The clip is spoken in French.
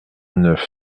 neuf